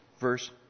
verse